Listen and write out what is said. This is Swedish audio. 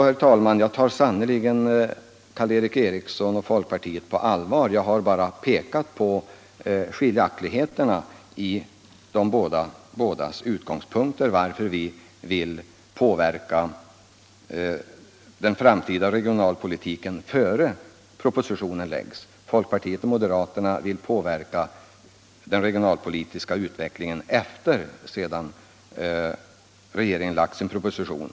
Jag tar alltså sannerligen Karl Erik Eriksson och folkpartiet på allvar. Jag har bara visat på skiljaktigheterna i utgångspunkter och förklarat varför vi vill påverka den framtida regionalpolitiken innan propositionen framläggs. Folkpartiet och moderata samlingspartiet vill påverka den regionalpolitiska utvecklingen efter det att regeringen framlagt sin proposition.